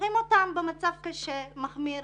שולחים אותן במצב קשה ומחמיר